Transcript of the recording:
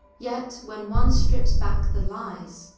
yet, when one strips back the lies,